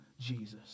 Jesus